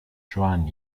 joan